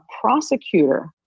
prosecutor